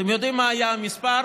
אתם יודעים מה היה המספר?